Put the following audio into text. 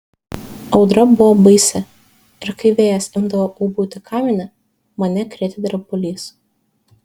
audra buvo baisi ir kai vėjas imdavo ūbauti kamine mane krėtė drebulys